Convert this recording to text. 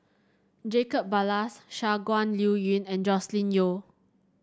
Jacob Ballas Shangguan Liuyun and Joscelin Yeo